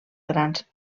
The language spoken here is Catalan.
grans